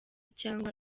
cyangwa